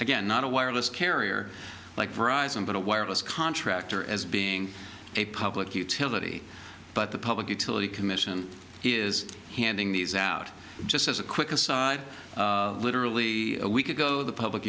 again not a wireless carrier like horizon but a wireless contractor as being a public utility but the public utility commission is handing these out just as a quick aside literally a week ago the public